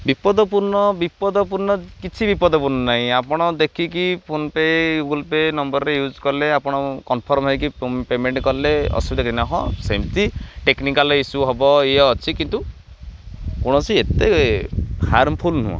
ବିପଦପୂର୍ଣ୍ଣ ବିପଦପୂର୍ଣ୍ଣ କିଛି ବିପଦପୂର୍ଣ୍ଣ ନାହିଁ ଆପଣ ଦେଖିକି ଫୋନ୍ ପେ' ଗୁଗୁଲ୍ ପେ' ନମ୍ବରରେ ୟୁଜ୍ କଲେ ଆପଣ କନଫର୍ମ ହେଇକି ପେମେଣ୍ଟ କଲେ ଅସୁବିଧା କି ନା ହଁ ସେମିତି ଟେକ୍ନିକାଲ୍ ଇସ୍ୟୁ ହବ ଇଏ ଅଛି କିନ୍ତୁ କୌଣସି ଏତେ ହାର୍ମଫୁଲ୍ ନୁହଁ